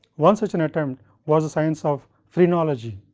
once it is an attempt was a science of phrenology.